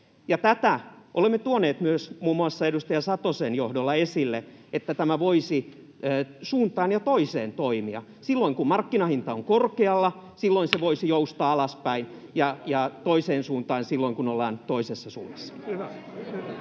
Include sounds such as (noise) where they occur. Tätä olemme tuoneet myös muun muassa edustaja Satosen johdolla esille, että tämä voisi suuntaan ja toiseen toimia: silloin kun markkinahinta on korkealla, (noise) silloin se voisi joustaa alaspäin, ja toiseen suuntaan silloin kun ollaan toisessa suunnassa.